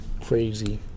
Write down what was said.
crazy